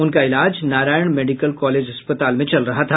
उनका इलाज Narayan medical college अस्पताल में चल रहा था